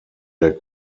der